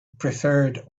preferred